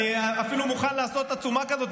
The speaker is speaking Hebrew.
אני אפילו מוכן לעשות עצומה כזאת,